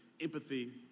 empathy